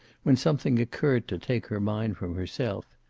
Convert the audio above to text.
when something occurred to take her mind from herself.